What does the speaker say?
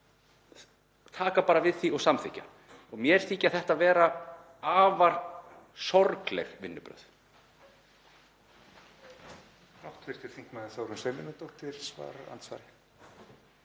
taka bara við því og samþykkja það. Mér þykja þetta afar sorgleg vinnubrögð.